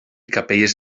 capelles